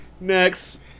Next